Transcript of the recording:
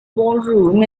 ballroom